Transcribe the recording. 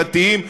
דתיים,